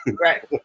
Right